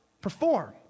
perform